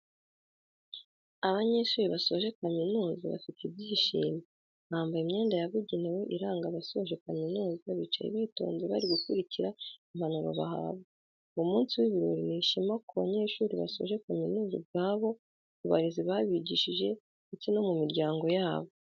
Abanyeshuri basoje kamizuza bafite ibyishimo, bambaye imyenda yabugenewe iranga abasoje kaminuza bicaye bitonze bari gukurikira impanuro bahabwa, uwo munsi w'ibirori ni ishema ku banyeshuri basoje kaminuza ubwabo, ku barezi babigishije ndetse no ku miryango yabo.